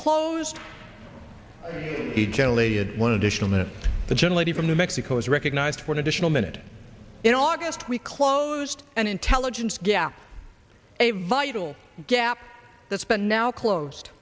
closed a generally one additional minute but generally from new mexico is recognized one additional minute in august we closed and intelligence gap a vital gap that's been now closed